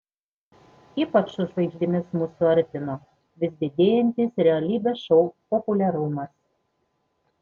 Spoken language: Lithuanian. ypač su žvaigždėmis mus suartino vis didėjantis realybės šou populiarumas